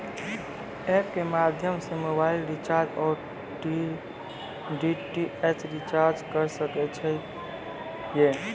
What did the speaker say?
App के माध्यम से मोबाइल रिचार्ज ओर डी.टी.एच रिचार्ज करऽ सके छी यो?